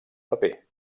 paper